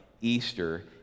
easter